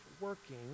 working